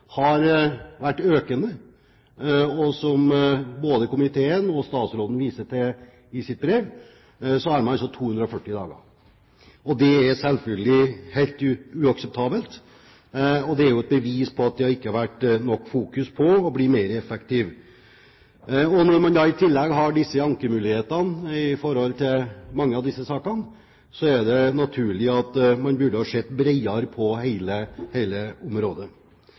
har også en debatt rundt de ansatte. Saksbehandlingstiden har vært økende, og som både komiteen og statsråden viser til i sitt brev, er den altså 240 dager. Det er selvfølgelig helt uakseptabelt, og det er et bevis på at det ikke har vært nok fokus på å bli mer effektiv. Når man da i tillegg har ankemuligheter i mange av disse sakene, er det naturlig at man burde ha sett bredere på hele området.